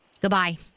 Goodbye